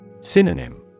Synonym